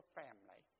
family